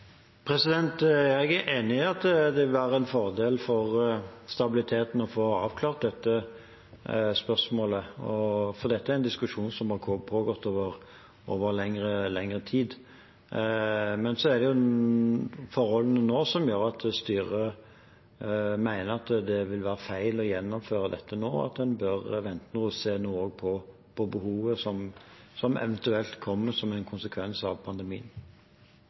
Jeg er enig i at det vil være en fordel for stabiliteten å få avklart dette spørsmålet, for dette er en diskusjon som har pågått over lengre tid. Men så er det forholdene nå som gjør at styret mener at det vil være feil å gjennomføre dette nå, og at man bør vente noe og se på behovet som eventuelt kommer som en konsekvens av pandemien.